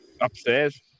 upstairs